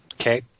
Okay